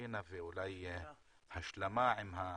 רוטינה ואולי השלמה עם המצב,